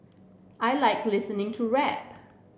I like listening to rap